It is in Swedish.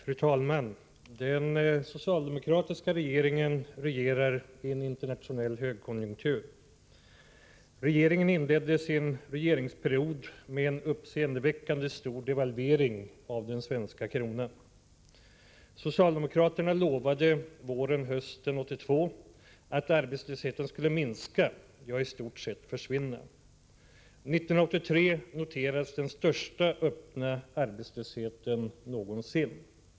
Fru talman! Den socialdemokratiska regeringen regerar i en tid av internationell högkonjunktur. Regeringen inledde sin regeringsperiod med en uppseendeväckande stor devalvering av den svenska kronan. Socialdemokraterna lovade under våren och hösten 1982 att arbetslösheten skulle minska — ja, i stort sett försvinna. 1983 noterades den största öppna arbetslösheten någonsin.